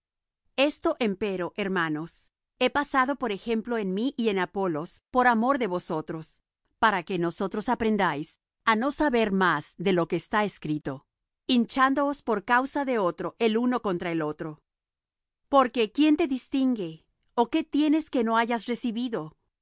esto empero hermanos he pasado por ejemplo en mí y en apolos por amor de vosotros para que en nosotros aprendáis á no